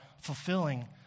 fulfilling